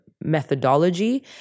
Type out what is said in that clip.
methodology